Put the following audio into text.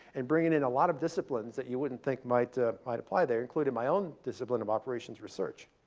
and bringing in a lot of disciplines that you wouldn't think might ah might apply there, including my own discipline of operations research.